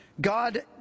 God